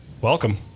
welcome